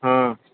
हँ